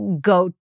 go